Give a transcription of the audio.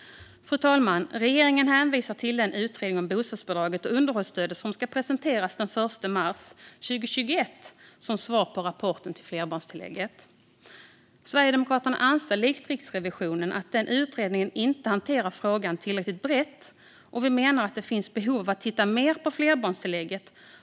Fru talman! Regeringen hänvisar till den utredning om bostadsbidraget och underhållsstödet som ska presenteras den 1 mars 2021 som svar på rapporten om flerbarnstillägget. Sverigedemokraterna anser likt Riksrevi-sionen att denna utredning inte hanterar frågan tillräckligt brett och menar att det finns behov av att titta mer på flerbarnstillägget.